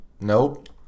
Nope